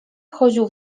wchodził